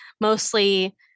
mostly